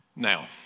Now